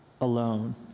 alone